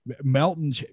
Melton